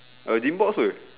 our gym box per